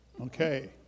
Okay